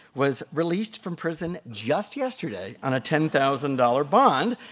was released from prison just yesterday on a ten thousand dollars bond,